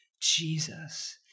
Jesus